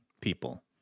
people